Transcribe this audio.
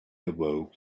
awoke